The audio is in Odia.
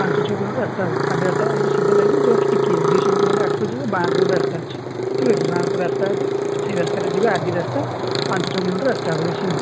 ପାଞ୍ଚ ଛଅ କିଲୋମିଟର୍ ରାସ୍ତା ହେବ ଆର୍ ଡ଼ି ରାସ୍ତା ଏଇଠି ସିଧା ଯାଇକି ଜଷ୍ଟ୍ ଟିକିଏ ଦୁଇଶହ ମିଟର୍ ଖଣ୍ଡେ ଆଗକୁ ଯିବେ ବାଆଁ କୁ ଗୋଟେ ରାସ୍ତା ଅଛି ଠିକ୍ଅଛି ବାଆଁ କୁ ରାସ୍ତା ଅଛି ସେଇ ରାସ୍ତାରେ ଯିବେ ଆର୍ ଡ଼ି ରାସ୍ତା ପାଞ୍ଚ ଛଅ କିଲୋମିଟର୍ ରାସ୍ତା ହେବ ବେଶୀ ନୁହଁ